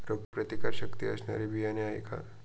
रोगप्रतिकारशक्ती असणारी बियाणे आहे का?